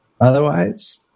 Otherwise